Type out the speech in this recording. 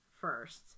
first